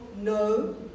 no